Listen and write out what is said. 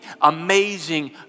amazing